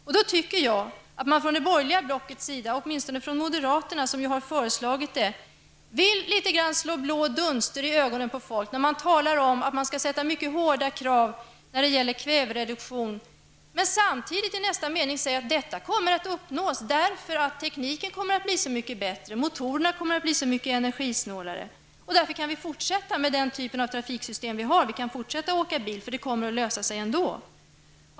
Jag tycker att det borgerliga blocket, åtminstone moderaterna, som har föreslagit detta, vill slå blå dunster i ögonen på människor, när man talar om att sätta mycket hårda krav på en kvävereduktion samtidigt som man, i nästa mening säger att detta kommer att uppnås därför att tekniken kommer att bli så mycket bättre, motorerna kommer att bli så mycket energisnålare. Därför kan vi fortsätta med den typ av trafiksystem som vi har. Vi kan fortsätta att åka bil, för det kommer att lösa sig ändå.